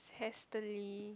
hastily